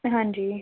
ਹਾਂਜੀ